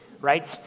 right